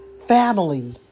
family